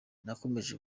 nakomeje